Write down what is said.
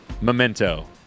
Memento